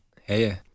Hey